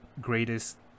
greatest